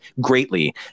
greatly